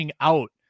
Out